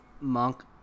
Monk